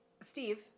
Steve